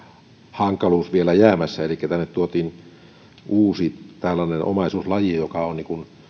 hankaluus vielä jäämässä kun tänne tuotiin uusi omaisuuslaji joka on